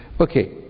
Okay